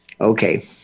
Okay